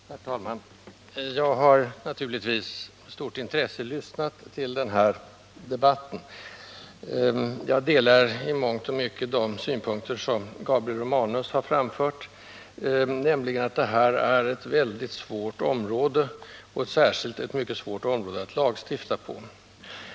Herr talman! Jag har naturligtvis med stort intresse lyssnat på denna debatt. I mångt och mycket delar jag de synpunkter som Gabriel Romanus har framfört, nämligen att detta är ett svårt område och särskilt ett svårt område att lagstifta på.